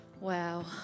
Wow